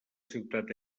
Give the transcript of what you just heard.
ciutat